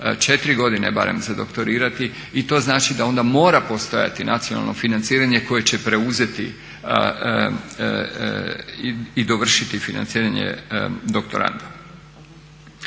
treba 4 godine barem za doktorirati i to znači da onda mora postojati nacionalno financiranje koje će preuzeti i dovršiti financiranje doktoranda.